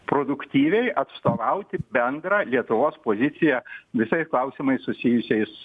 produktyviai atstovauti bendrą lietuvos poziciją visais klausimais susijusiais